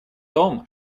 том